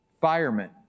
firemen